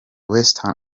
western